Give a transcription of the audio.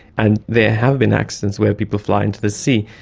and there have been accidents where people fly into the sea.